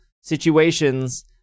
situations